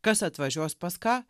kas atvažiuos pas ką